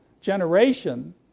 generation